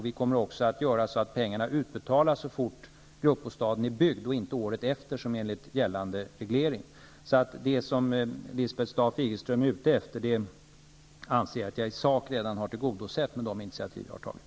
Vi kommer också att se till att pengarna utbetalas så fort gruppbostaden är byggd och inte året efter enligt gällande reglering. Det som Lisbeth Staaf-Igelström är ute efter anser jag att jag i sak redan har tillgodosett med de initiativ jag har tagit.